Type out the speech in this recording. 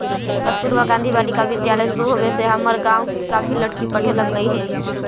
कस्तूरबा गांधी बालिका विद्यालय शुरू होवे से हमर गाँव के काफी लड़की पढ़े लगले हइ